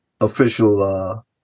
official